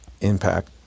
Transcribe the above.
impact